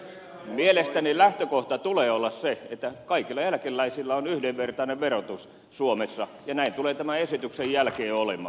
mielestäni lähtökohdan tulee olla se että kaikilla eläkeläisillä on yhdenvertainen verotus suomessa ja näin tulee tämän esityksen jälkeen olemaan